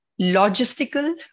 logistical